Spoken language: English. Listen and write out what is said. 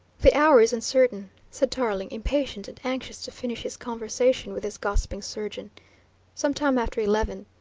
the hour is uncertain, said tarling, impatient and anxious to finish his conversation with this gossiping surgeon some time after eleven.